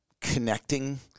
connecting